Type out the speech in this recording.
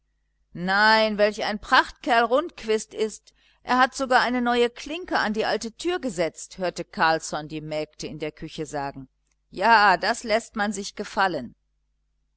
nein welch ein prachtkerl rundquist ist er hat sogar eine neue klinke an die alte tür gesetzt hörte carlsson die mägde in der küche sagen ja das läßt man sich gefallen